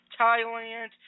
Thailand